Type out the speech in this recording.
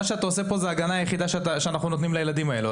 מה שאתה עושה פה זה ההגנה היחידה שאנחנו נותנים לילדים האלו,